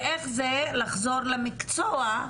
ואיך זה לחזור למקצוע,